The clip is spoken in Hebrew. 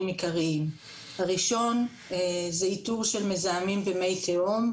עיקריים: הראשון זה איתור של מזהמים במי תהום,